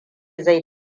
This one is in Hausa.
zai